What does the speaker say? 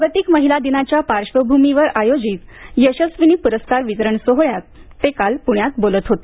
जागतिक महिला दिनाच्या पार्श्वभूमीवर आयोजित यशस्वीनी पुरस्कार वितरण सोहळ्यात ते काल पुण्यात बोलत होते